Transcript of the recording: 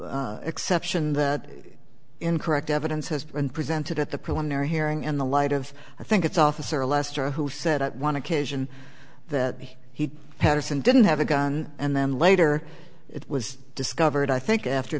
exception that incorrect evidence has been presented at the preliminary hearing in the light of i think it's officer lester who said at one occasion that he patterson didn't have a gun and then later it was discovered i think after